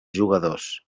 jugadors